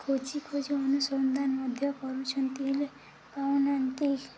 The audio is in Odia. ଖୋଜି ଖୋଜି ଅନୁସନ୍ଧାନ ମଧ୍ୟ କରୁଛନ୍ତି ପାଉନାହାନ୍ତି